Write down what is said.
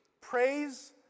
Praise